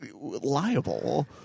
liable